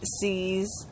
sees